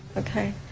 okay,